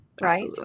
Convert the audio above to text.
right